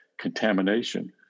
contamination